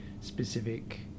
specific